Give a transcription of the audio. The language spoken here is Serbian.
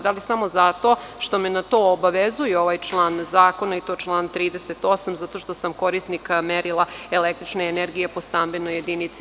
Da li samo zato što me na to obavezuje ovaj član zakona i to član 38. zato što sam korisnika merila električne energije po stambenoj jedinici?